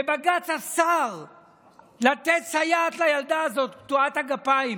ובג"ץ אסר לתת סייעת לילדה הזאת, קטועת הגפיים.